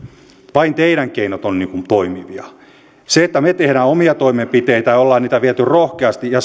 vain teidän keinonne ovat toimivia me teemme omia toimenpiteitä ja olemme niitä vieneet rohkeasti ja